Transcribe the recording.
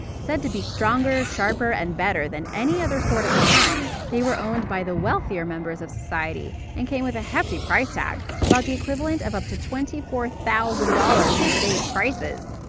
said to be stronger, sharper, and better than any other sword at the time, they were owned by the wealthier members of society, and came with a hefty price tag about the equivalent of up to twenty four thousand dollars in today's prices.